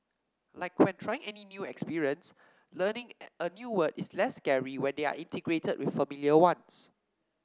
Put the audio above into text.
like when trying any new experience learning a new word is less scary when they are integrated with familiar ones